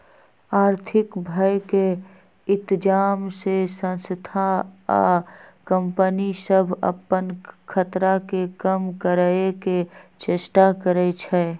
आर्थिक भय के इतजाम से संस्था आ कंपनि सभ अप्पन खतरा के कम करए के चेष्टा करै छै